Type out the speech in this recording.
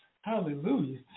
Hallelujah